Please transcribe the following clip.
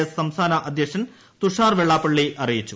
S സംസ്ഥാന അധ്യക്ഷൻ തുഷാർ വെള്ളാപ്പള്ളി അറിയിച്ചു